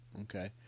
Okay